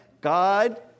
God